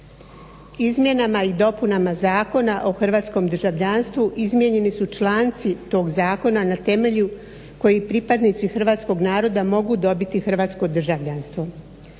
Izmjenama i dopunama Zakona o hrvatskom državljanstvu izmijenjeni su članci tog zakona na temelju koji pripadnici Hrvatskog naroda mogu dobiti hrvatsko državljanstvo.